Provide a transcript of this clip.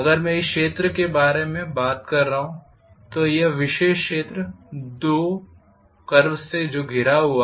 अगर मैं इस क्षेत्र के बारे में बात कर रहा हूं तो यह विशेष क्षेत्र जो दो कर्व्स से घिरा हुआ है